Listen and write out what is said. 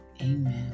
amen